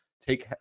take